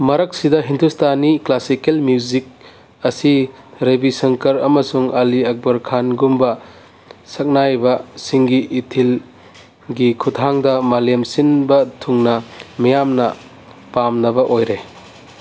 ꯃꯔꯛꯁꯤꯗ Hindustani classical music ꯑꯁꯤ ꯔꯕꯤ ꯁꯪꯀꯔ ꯑꯃꯁꯨꯡ ꯑꯜꯤ ꯑꯛꯕꯔ ꯈꯥꯟꯒꯨꯝꯕ ꯁꯛꯅꯥꯏꯕꯁꯤꯡꯒꯤ ꯏꯊꯤꯜꯒꯤ ꯈꯨꯊꯥꯡꯗ ꯃꯥꯂꯦꯝ ꯁꯤꯟꯕ ꯊꯨꯡꯅ ꯃꯤꯌꯥꯝꯅ ꯄꯥꯝꯅꯕ ꯑꯣꯏꯔꯦ